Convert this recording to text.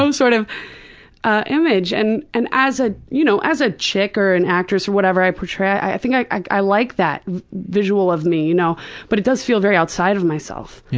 so sort of ah image and and as a, you know as a chick or an actress or whatever i portray, i think i i like that visual of me, you know but it does feel very outside of myself.